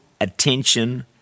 attention